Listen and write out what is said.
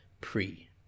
pre-